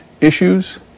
issues